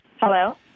Hello